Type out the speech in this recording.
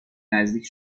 نزدیک